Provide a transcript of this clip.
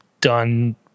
done